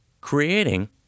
creating